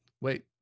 wait